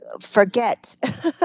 forget